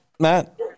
Matt